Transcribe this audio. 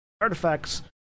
artifacts